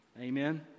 Amen